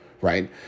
right